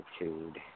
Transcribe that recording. attitude